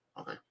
Okay